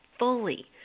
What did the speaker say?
Fully